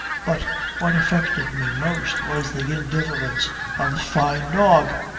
but what affected me most was the indifference of the fyne dog.